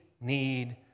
need